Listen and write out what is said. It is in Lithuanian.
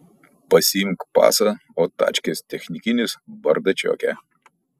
pasiimk pasą o tačkės technikinis bardačioke